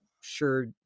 sure